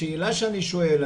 השאלה שאני שואל,